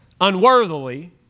unworthily